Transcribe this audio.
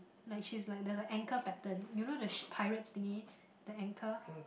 like she's like there's a anchor pattern you know the sh~ pirate's thingy the anchor